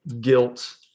guilt